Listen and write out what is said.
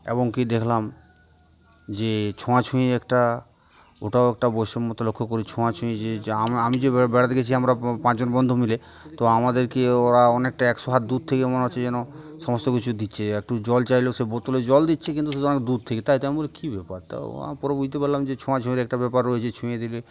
এবং কী দেখলাম যে ছোঁয়াছুঁয়ির একটা ওটাও একটা বৈষম্যতা লক্ষ্য করি ছোঁয়া ছুঁয়ি যে আমি যে বেড়াতে গেছি আমরা পাঁচজন বন্ধু মিলে তো আমাদেরকে ওরা অনেকটা একশো হাত দূর থেকে মনে হচ্ছে যেন সমস্ত কিছু দিচ্ছে একটু জল চাইলেও সে বোতলে জল দিচ্ছে কিন্তু সে অনেক দূর থেকে তাই তো আমি বলি কী ব্যাপার তা আমি পরে বুঝতে পারাম যে ছোঁয়াছুঁয়ির একটা ব্যাপার রয়েছে ছুঁয়ে দিলে